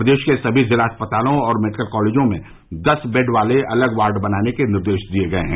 प्रदेश के सभी जिला अस्पतालों और मेडिकल कॉलजों में दस बेड वाले अलग वार्ड बनाने के निर्देश दिए गये हैं